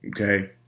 Okay